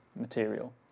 material